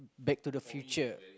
back to the future